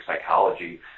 psychology